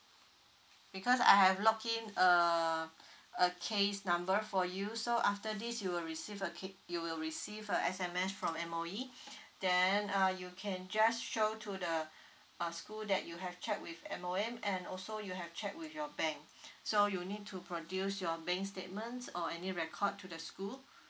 because I have log in uh a case number for you so after this you will receive a ki~ you will receive a S_M_S from M_O_E then uh you can just show to the uh school that you have checked with M_O_E and also you have check with your bank so you need to produce your bank statements or any record to the school